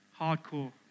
Hardcore